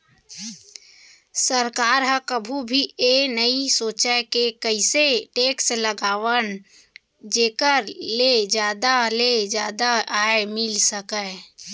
सरकार ह कभू भी ए नइ सोचय के कइसे टेक्स लगावन जेखर ले जादा ले जादा आय मिल सकय